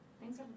Thanks